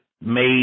made